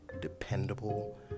dependable